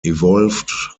evolved